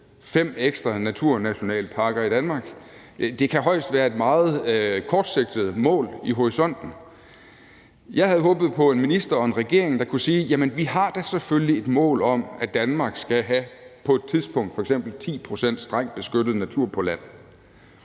fem ekstra naturnationalparker i Danmark. Det kan højst være et meget kortsigtet mål i horisonten. Jeg havde håbet på en minister og en regering, der kunne sige: Jamen vi har da selvfølgelig et mål om, at Danmark på et tidspunkt skal have f.eks. 10 pct. strengt beskyttet natur på land.